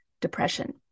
depression